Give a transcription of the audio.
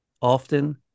often